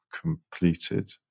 completed